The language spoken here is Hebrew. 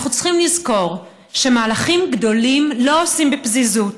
אנחנו צריכים לזכור שמהלכים גדולים לא עושים בפזיזות,